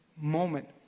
moment